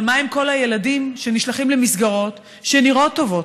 אבל מה עם כל הילדים שנשלחים למסגרות שנראות טובות?